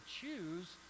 choose